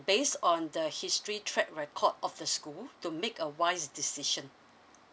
based on the history track record of the school to make a wise decision